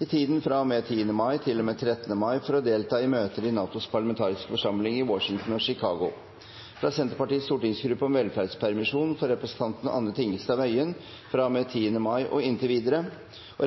i tiden fra og med 10. mai til og med 13. mai for å delta i møter i NATOs parlamentariske forsamling i Washington og Chicago fra Senterpartiets stortingsgruppe om velferdspermisjon for representanten Anne Tingelstad Wøien fra og med 10. mai og inntil videre fra